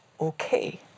okay